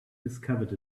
discovered